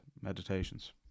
Meditations